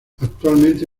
actualmente